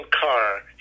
car